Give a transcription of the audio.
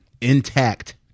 intact